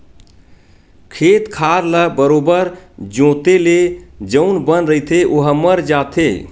खेत खार ल बरोबर जोंते ले जउन बन रहिथे ओहा मर जाथे